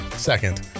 second